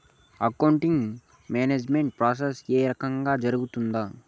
accounting management process ఏ రకంగా జరుగుతాది